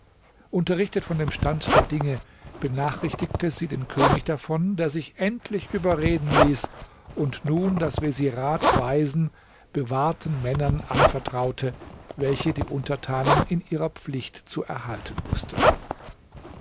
unterrichtet von dem stand der dinge benachrichtigte sie den könig davon der sich endlich überreden ließ und nun das vezirat weisen bewahrten männern anvertraute welche die untertanen in ihrer pflicht zu erhalten wußten